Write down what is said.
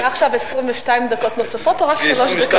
מעכשיו 22 דקות נוספות, או רק שלוש דקות?